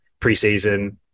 preseason